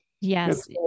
Yes